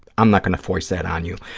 i'm not going to foist that on you.